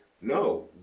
no